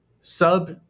sub-